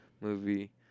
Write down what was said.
movie